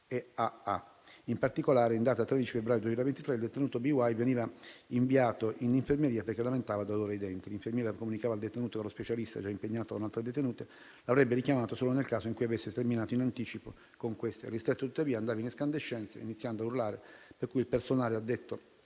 In particolare, in data 13 febbraio 2023 il detenuto B.Y. veniva inviato in infermeria, perché lamentava dolore ai denti. L'infermiera comunicava al detenuto che lo specialista, già impegnato con altre detenute, l'avrebbe chiamato solo nel caso in cui avesse terminato in anticipo con queste; il ristretto, tuttavia, andava in escandescenza, iniziando a urlare; per cui il personale addetto